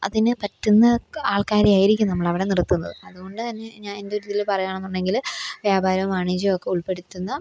അതിന് പറ്റുന്ന ആള്ക്കാരെയായിരിക്കും നമ്മളവിടെ നിര്ത്തുന്നത് അതുകൊണ്ടുതന്നെ ഞാന് എന്റെയൊരിതിൽ പറയുകയാണെന്നുണ്ടെങ്കിൽ വ്യപാരവും വാണിജ്യവും ഒക്കെ ഉള്പ്പെടുത്തുന്ന